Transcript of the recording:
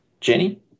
Jenny